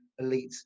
Elites